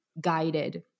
guided